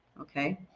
Okay